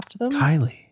Kylie